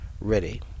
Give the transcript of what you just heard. ready